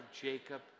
Jacob